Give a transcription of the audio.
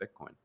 Bitcoin